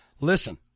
Listen